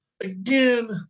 again